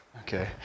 Okay